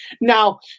Now